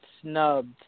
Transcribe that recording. snubbed